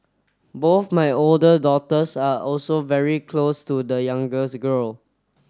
both my older daughters are also very close to the youngest girl